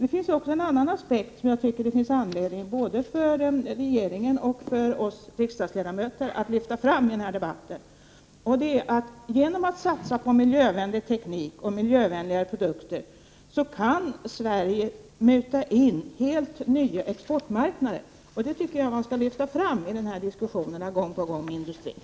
En annan aspekt som jag tycker det finns anledning för regeringen och för oss riksdagsledamöter att lyfta fram i debatten är denna: Genom att satsa på miljövänlig teknik och miljövänliga produkter kan Sverige muta in helt nya exportmarknader. Det tycker jag att man gång på gång skall lyfta fram i de här diskussionerna med industrin.